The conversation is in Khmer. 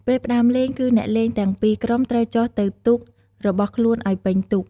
ពេលផ្តើមលេងគឺ អ្នកលេងទាំងពីរក្រុម ត្រូវចុះទៅទូករបស់ខ្លួនឲ្យពេញទូក ។